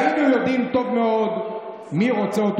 היינו יודעים טוב מאוד מי רוצה אותו